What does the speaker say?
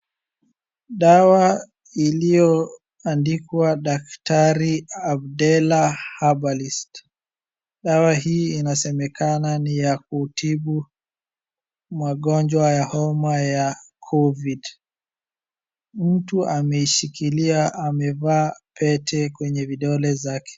Dawa iliyoandikwa "daktari Abdela herbalist". Dawa hii inasemekana ni ya kutibu magonjwa ya homa ya covid. Mtu ameishikilia amevaa pete kwenye vidole zake.